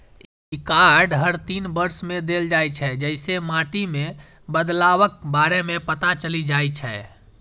ई card हर तीन वर्ष मे देल जाइ छै, जइसे माटि मे बदलावक बारे मे पता चलि जाइ छै